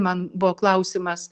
man buvo klausimas